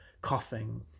coughing